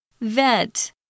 Vet